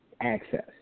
Access